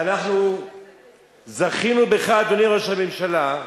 ואנחנו זכינו בך, אדוני ראש הממשלה,